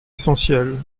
essentiel